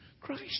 Christ